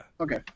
Okay